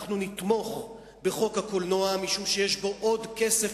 אנחנו נתמוך בחוק הקולנוע משום שיש בו עוד כסף